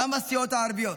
גם הסיעות הערביות.